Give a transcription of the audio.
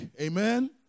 Amen